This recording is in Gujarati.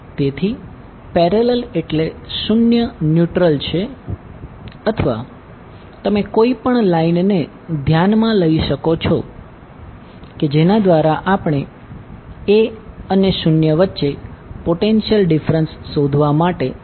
તેથી પેરેલલ એટલે શૂન્ય ન્યુટ્રલ છે અથવા તમે કોઈ પણ લાઈનને ધ્યાનમાં લઈ શકો છો કે જેના દ્વારા આપણે a અને o વચ્ચે પોટેન્શિયલ ડીફરન્સ શોધવા માટે સક્ષમ છીએ